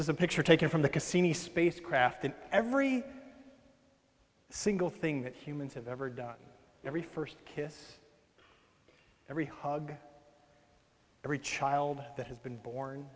a picture taken from the cassini spacecraft and every single thing that humans have ever done every first kiss every hug every child that has been born